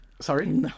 Sorry